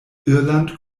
irland